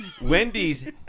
Wendy's